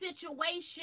situation